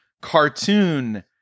Cartoon